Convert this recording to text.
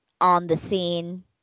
on-the-scene